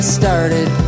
started